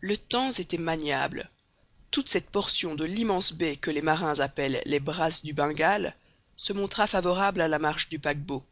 le temps était maniable toute cette portion de l'immense baie que les marins appellent les brasses du bengale se montra favorable à la marche du paquebot